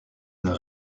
d’un